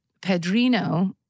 Pedrino